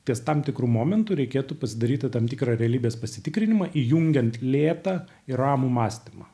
ties tam tikru momentu reikėtų pasidaryti tam tikrą realybės pasitikrinimą įjungiant lėtą ir ramų mąstymą